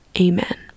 Amen